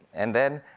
and then,